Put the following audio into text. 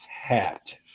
hat